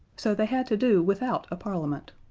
so they had to do without a parliament.